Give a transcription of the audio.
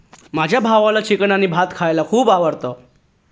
माझ्या भावाला चिकन आणि भात खायला खूप आवडतं